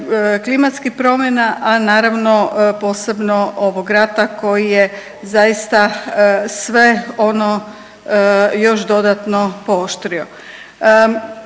klimatskih promjena, a naravno posebno ovog rata koji je zaista sve ono još dodatno pooštrio.